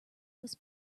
was